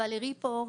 ולרי פוהורילס,